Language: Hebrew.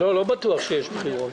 לא בטוח שיש בחירות.